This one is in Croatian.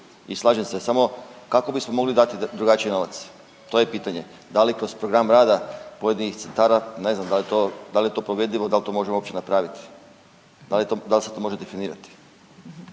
I slažem se, samo kako bismo mogli dati drugačije novac? To je pitanje. Da li kroz program rada pojedinih centara, ne znam da li je to provedivo i dal to možemo uopće napravit? Dal se to može definirati?